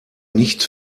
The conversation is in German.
nicht